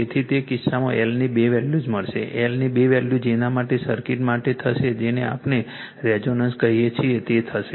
તેથી તે કિસ્સામાં L ની બે વેલ્યૂઝ મળશે L ની બે વેલ્યૂઝ જેના માટે સર્કિટ માટે થશે જેને આપણે રેઝોનન્સ કહીએ છીએ તે થશે